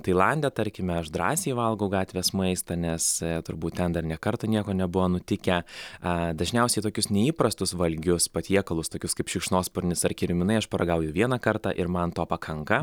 tailande tarkime aš drąsiai valgau gatvės maistą nes turbūt ten dar nė karto nieko nebuvo nutikę a dažniausiai tokius neįprastus valgius patiekalus tokius kaip šikšnosparnis ar kirminai aš paragauju vieną kartą ir man to pakanka